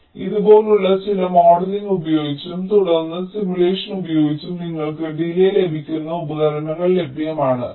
അതിനാൽ ഇതുപോലുള്ള ചില മോഡലിംഗ് ഉപയോഗിച്ചും തുടർന്ന് സിമുലേഷൻ ഉപയോഗിച്ചും നിങ്ങൾക്ക് ഡിലേയ് ലഭിക്കുന്ന ഉപകരണങ്ങൾ ലഭ്യമാണ്